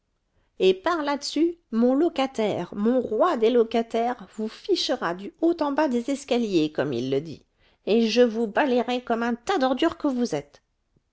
et par là-dessus mon locataire mon roi des locataires vous fichera du haut en bas des escaliers comme il le dit et je vous balaierai comme un tas d'ordures que vous êtes